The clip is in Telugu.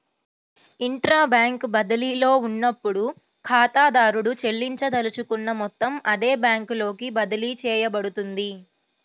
ఇంట్రా బ్యాంక్ బదిలీలో ఉన్నప్పుడు, ఖాతాదారుడు చెల్లించదలుచుకున్న మొత్తం అదే బ్యాంకులోకి బదిలీ చేయబడుతుంది